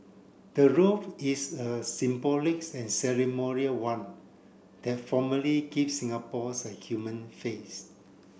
the role is a symbolic and ceremonial one that formally gives Singapore's a human face